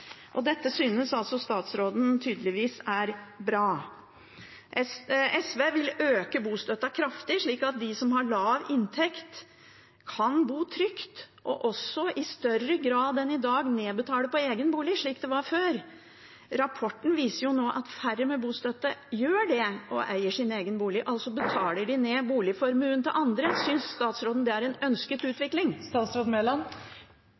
Dette synes statsråden tydeligvis er bra. SV vil øke bostøtten kraftig, slik at de som har lav inntekt, kan bo trygt, og også i større grad enn i dag betale ned på egen bolig, slik det var før. Rapporten viser at færre med bostøtte nå gjør det, og eier sin egen bolig – altså betaler de ned på andres boliglån . Synes statsråden det er en ønsket